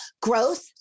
Growth